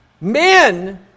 Men